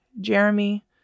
Jeremy